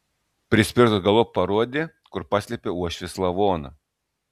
prispirtas galop parodė kur paslėpė uošvės lavoną